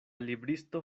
libristo